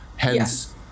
Hence